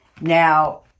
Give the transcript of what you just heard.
Now